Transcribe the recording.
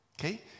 Okay